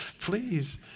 please